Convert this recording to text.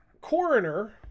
coroner